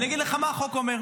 אני אגיד לך מה החוק אומר.